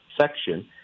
section